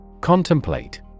Contemplate